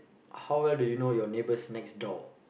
how well do you know your neighbours next door